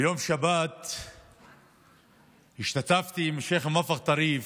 ביום שבת השתתפתי עם שייח' מואפק טריף,